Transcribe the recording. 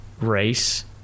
race